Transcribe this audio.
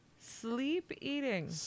Sleep-eating